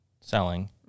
selling